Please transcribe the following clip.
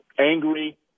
angry